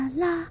la